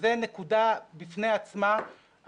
שזו נקודה בפני עצמה,